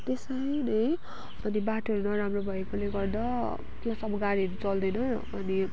त्यसरी नै अनि बाटोहरू नराम्रो भएकोले गर्दा त्यहाँसम्म अब गाडीहरू चल्दैन अनि